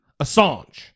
Assange